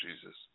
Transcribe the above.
Jesus